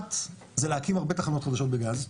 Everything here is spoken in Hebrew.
אחת זה להקים הרבה תחנות חדשות בגז,